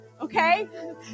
okay